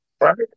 right